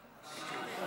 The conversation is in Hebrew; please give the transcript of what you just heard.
מה?